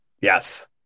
Yes